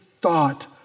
thought